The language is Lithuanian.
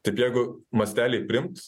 taip jeigu mastelį priimt